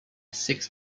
six